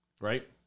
Right